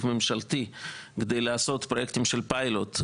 ממשלתי כדי לעשות פרויקטים של פיילוט,